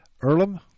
Earlham